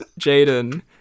Jaden